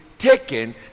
taken